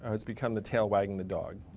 it's become the tail wagging the dog.